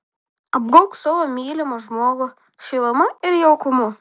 apgaubk savo mylimą žmogų šiluma ir jaukumu